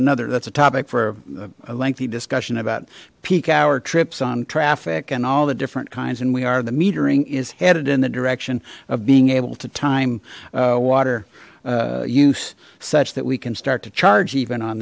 another that's a topic for a lengthy discussion about peak hour trips on traffic and all the different kinds and we are the metering is headed in the direction of being able to time water use such that we can start to charge even on